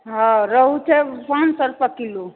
हँ रोहु छै पाँच सए रुपैआ किलो